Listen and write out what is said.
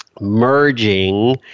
merging